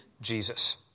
Jesus